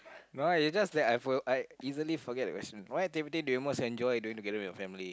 why it's just that I for~ I easily forget the question what activity do you most enjoy doing together with your family